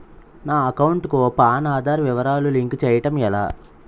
నా అకౌంట్ కు పాన్, ఆధార్ వివరాలు లింక్ చేయటం ఎలా?